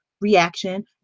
reaction